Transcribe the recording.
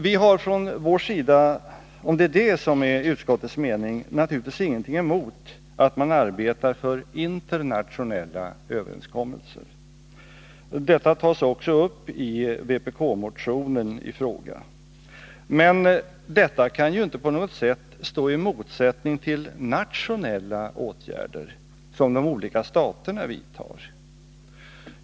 Vi har från vår sida, om det är detta som är utskottets mening, naturligtvis ingenting emot att man arbetar för internationella överenskommelser, något som också tas upp i vpk-motionen i fråga. Men det kan ju inte på något sätt stå i motsättning till nationella åtgärder, som de olika staterna vidtar.